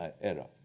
era